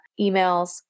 emails